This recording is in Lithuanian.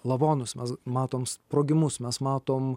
lavonus mes matom sprogimus mes matom